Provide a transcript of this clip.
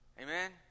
Amen